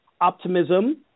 optimism